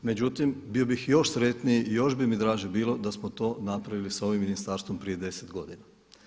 Međutim, bio bih još sretniji i još bi mi draže bilo da smo to napravili sa ovim ministarstvom prije 10 godina.